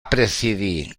presidir